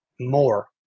more